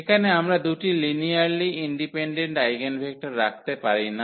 এখানে আমরা দুটি লিনিয়ারলি ইন্ডিপেনডেন্ট আইগেনভেক্টর রাখতে পারি না